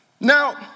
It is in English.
Now